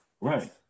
right